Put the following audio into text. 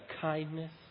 kindness